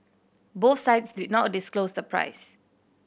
both sides did not disclose the price